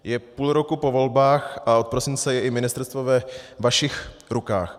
Je půl roku po volbách a od prosince je i ministerstvo ve vašich rukách.